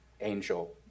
Angel